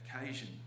occasion